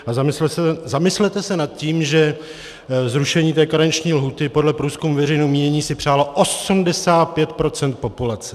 A zamyslete se nad tím, že zrušení karenční lhůty podle průzkumu veřejného mínění si přálo 85 % populace.